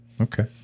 Okay